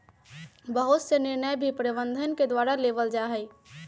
बहुत से निर्णय भी प्रबन्धन के द्वारा लेबल जा हई